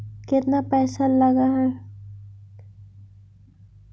केतना पैसा लगय है?